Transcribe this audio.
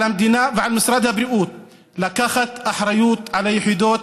על המדינה ועל משרד הבריאות לקחת אחריות על היחידות,